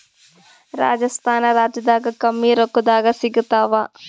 ರಾಜಸ್ಥಾನ ರಾಜ್ಯದಾಗ ಕಮ್ಮಿ ರೊಕ್ಕದಾಗ ಸಿಗತ್ತಾವಾ?